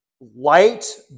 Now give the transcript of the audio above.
light